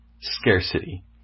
scarcity